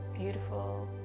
beautiful